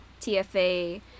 TFA